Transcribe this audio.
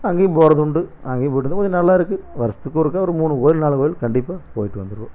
அங்கேயும் போகிறது உண்டு அங்கேயும் போயிட்டு வந்து கொஞ்சம் நல்லாயிருக்கு வருஷத்துக்கு ஒருக்கா ஒரு மூணு கோயில் நாலு கோயில் கண்டிப்பாக போயிட்டு வந்துடுவோம்